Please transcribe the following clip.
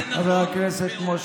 הוא בא עם החליפה של האיומים.